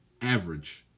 average